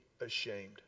ashamed